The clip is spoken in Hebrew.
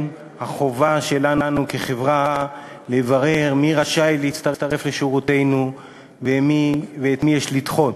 החובה שלנו כחברה לברר מי רשאי להצטרף לשירותנו ואת מי יש לדחות.